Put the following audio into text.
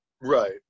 Right